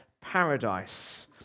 paradise